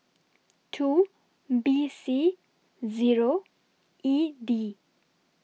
two B C Zero E D